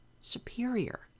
superior